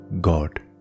God